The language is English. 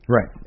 Right